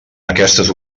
aquestes